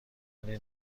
ولی